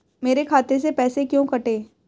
मेरे खाते से पैसे क्यों कटे?